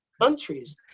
countries